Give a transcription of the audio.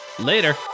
Later